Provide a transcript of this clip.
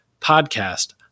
Podcast